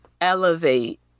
elevate